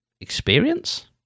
experience